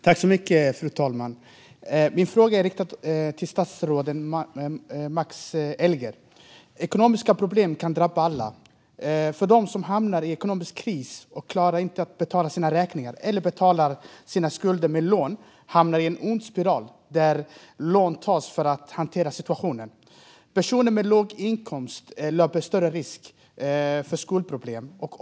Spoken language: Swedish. Fru talman! Min fråga är riktad till statsrådet Max Elger. Ekonomiska problem kan drabba alla. De som hamnar i ekonomisk kris och inte klarar att betala sina räkningar eller betalar sina skulder med lån hamnar i en ond spiral där lån tas för att hantera situationen. Personer med låg inkomst löper större risk för skuldproblem.